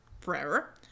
forever